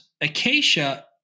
Acacia –